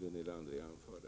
Gunilla André anförde.